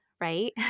right